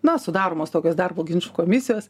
na sudaromos tokios darbo ginčų komisijos